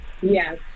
Yes